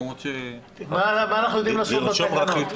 מה אנחנו יודעים לעשות בתקנות?